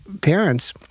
parents